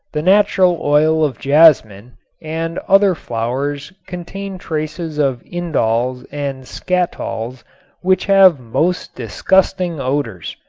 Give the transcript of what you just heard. the natural oil of jasmine and other flowers contain traces of indols and skatols which have most disgusting odors.